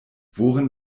worin